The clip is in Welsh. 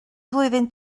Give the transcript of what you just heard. flwyddyn